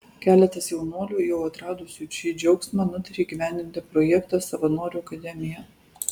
keletas jaunuolių jau atradusių šį džiaugsmą nutarė įgyvendinti projektą savanorių akademija